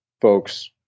folks